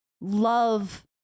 love